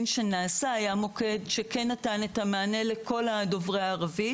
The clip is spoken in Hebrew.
שנעשה שכן נתן את המענה לכל לדוברי הערבית,